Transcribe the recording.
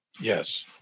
Yes